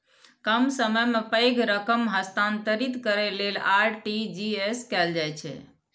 कम समय मे पैघ रकम हस्तांतरित करै लेल आर.टी.जी.एस कैल जाइ छै